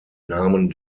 namen